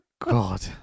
god